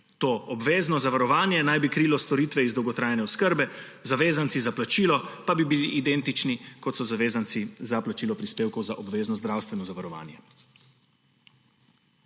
To obvezno zavarovanje naj bi krilo storitve iz dolgotrajne oskrbe, zavezanci za plačilo pa bi bili identični, kot so zavezanci za plačilo prispevkov za obvezno zdravstveno zavarovanje.